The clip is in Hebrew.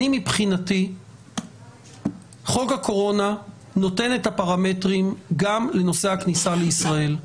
מבחינתי חוק הקורונה נותן את הפרמטרים גם בנושא הכניסה לישראל.